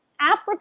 Africa